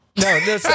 No